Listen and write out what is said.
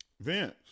Vince